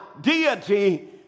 deity